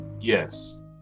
Yes